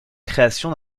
création